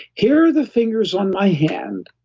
here are the fingers on my hand,